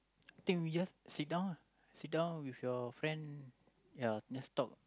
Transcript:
think we just sit down ah sit down with your friend ya just talk